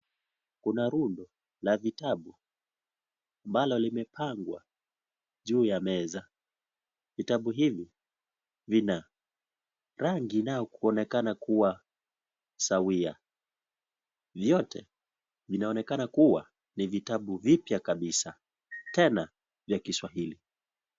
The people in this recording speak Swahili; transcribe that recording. Kuna rundo la vitabu ambalo limepangwa juu ya meza, vitabu hivi vina rangi inayokuonekana kuwa sawia, vyote vinaonekana kuwa ni vitabu vipya kabisa tena vya Kiswahili.